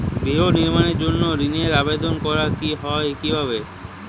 গৃহ নির্মাণের জন্য ঋণের আবেদন করা হয় কিভাবে?